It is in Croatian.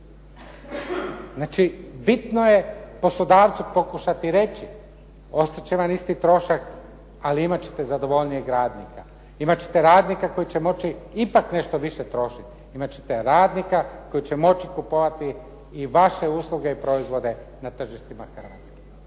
Znači bitno je poslodavcu pokušati reći, ostat će vam isti trošak, ali imat ćete zadovoljnijeg radnika. Imat ćete radnika koji će moći ipak nešto više trošiti. Imat ćete radnika koji će moći kupovati i vaše usluge i proizvode na tržištima Hrvatske.